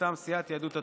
מטעם סיעת יהדות התורה.